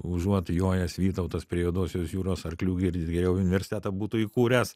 užuot jojęs vytautas prie juodosios jūros arklių girdyt universitetą būtų įkūręs